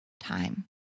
time